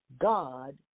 God